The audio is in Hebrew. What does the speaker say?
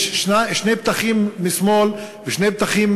יש שני פתחים משמאל, ושני פתחים